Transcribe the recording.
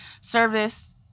service